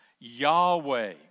Yahweh